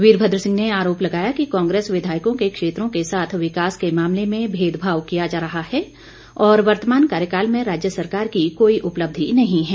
वीरभद्र सिंह ने आरोप लगाया कि कांग्रेस विधायकों के क्षेत्रों के साथ विकास के मामले में भेदभाव किया जा रहा है और वर्तमान कार्यकाल में राज्य सरकार की कोई उपलब्धि नहीं है